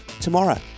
tomorrow